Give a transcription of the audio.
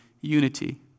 unity